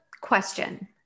question